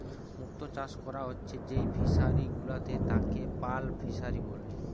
মুক্ত চাষ কোরা হচ্ছে যেই ফিশারি গুলাতে তাকে পার্ল ফিসারী বলছে